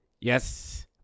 Yes